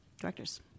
directors